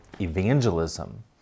evangelism